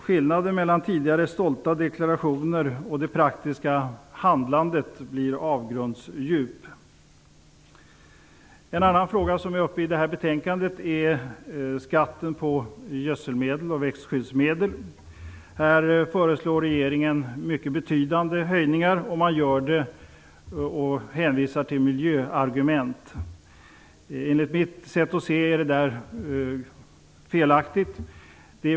Skillnaden mellan tidigare stolta deklarationer och det praktiska handlandet blir avgrundsdjup. En annan fråga som tas upp i det här betänkandet är skatten på gödsel och växtskyddsmedel. Regeringen föreslår betydande höjningar. Man hänvisar till miljöargument. Enligt mitt sätt att se är det felaktigt.